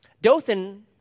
Dothan